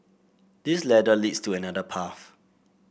this ladder leads to another path